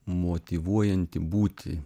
motyvuojantį būti